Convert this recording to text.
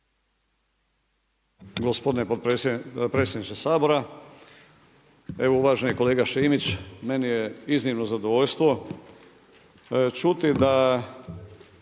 Poštovani predsjedniče Sabora. Evo uvaženi kolega Šimić, meni je iznimno zadovoljstvo čuti da